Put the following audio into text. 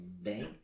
bank